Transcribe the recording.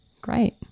Great